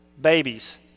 Babies